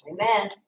Amen